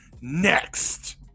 next